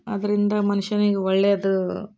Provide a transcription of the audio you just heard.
ಅದರಿಂದ ಮನ್ಷನಿಗೆ ಒಳ್ಳೆಯದು